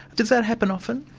does that happen often?